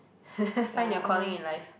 find your calling in life